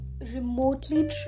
remotely